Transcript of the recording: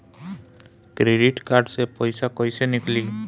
Credit card से पईसा केइसे निकली?